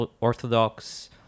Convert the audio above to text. Orthodox